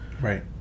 Right